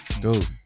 Dude